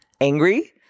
angry